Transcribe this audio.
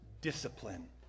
discipline